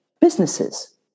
businesses